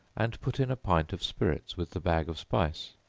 and put in a pint of spirits with the bag of spice,